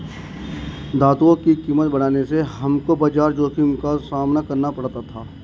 धातुओं की कीमत बढ़ने से हमको बाजार जोखिम का सामना करना पड़ा था